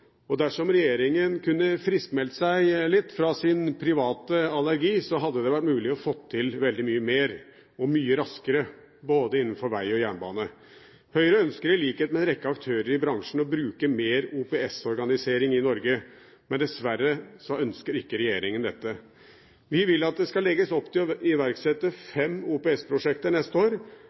Dersom regjeringen kunne friskmeldt seg litt fra sin private allergi, hadde det vært mulig å få til veldig mye mer og mye raskere, både når det gjelder veg og jernbane. Høyre ønsker, i likhet med en rekke aktører i bransjen, å bruke mer OPS-organisering i Norge, men dessverre ønsker ikke regjeringen dette. Vi vil at det skal legges opp til å iverksette fem OPS-prosjekter neste år.